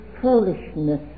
foolishness